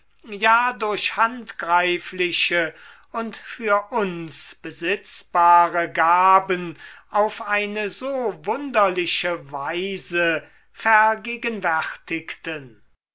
ja durch handgreifliche und für uns besitzbare gaben auf eine so wunderliche weise vergegenwärtigten